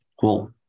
Cool